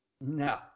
No